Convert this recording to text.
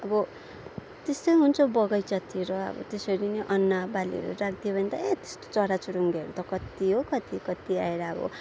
अब त्यस्तै हुन्छ बगैँचातिर अब त्यसरी नै अन्न बालीहरू राखिदियो भने त ए त्यस्तो चरा चुरुङ्गीहरू त कति हो कति कति आएर अब